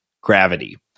gravity